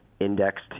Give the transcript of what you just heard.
indexed